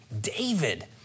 David